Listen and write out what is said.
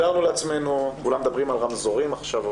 כולם מדברים על רמזורים עכשיו.